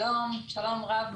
שלום רב.